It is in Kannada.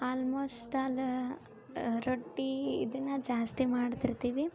ಆಲ್ಮೋಸ್ಟ್ ಅಲ್ ರೊಟ್ಟಿ ಇದನ್ನ ಜಾಸ್ತಿ ಮಾಡ್ತಿರ್ತೀವಿ